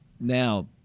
now